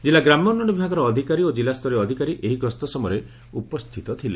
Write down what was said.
କିଲ୍ଲା ଗ୍ରାମ୍ୟ ଉନ୍ନୟନ ବିଭାଗର ଅଧିକାରୀ ଓ ଜିଲ୍ଲା ସ୍ତରୀୟ ଅଧିକାରୀ ଏହି ଗସ୍ତ ସମୟରେ ଉପସ୍ଥିତ ଥିଲେ